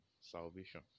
salvation